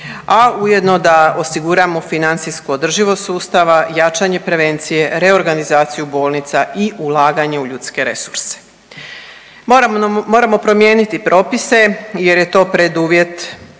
a ujedno da osiguramo financijsku održivost sustava, jačanje prevencije, reorganizaciju bolnica i ulaganje u ljudske resurse. Moramo promijeniti propise jer je to preduvjet